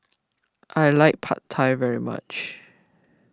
I like Pad Thai very much